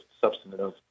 substantive